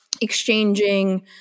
exchanging